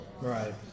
Right